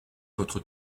votre